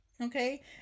Okay